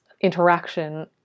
interaction